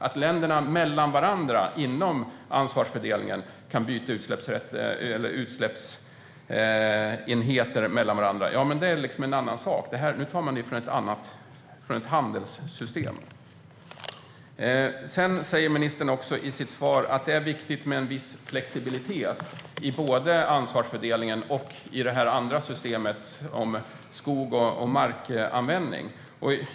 Att länderna inom ansvarsfördelningen kan byta utsläppsenheter mellan varandra är en annan sak - nu tar man det från ett handelssystem. Ministern säger också i sitt svar att det är viktigt med en viss flexibilitet både i ansvarsfördelningen och i det andra systemet för skog och markanvändning.